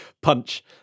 punch